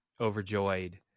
overjoyed